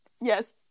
Yes